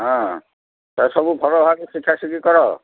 ହଁ ତ ସବୁ ଭଲ ଭାବେ ଶିଖା ଶିଖି କର